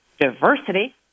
diversity